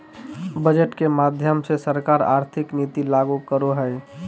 budget के माध्यम से सरकार आर्थिक नीति लागू करो हय